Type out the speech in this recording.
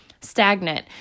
stagnant